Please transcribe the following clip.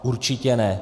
Určitě ne.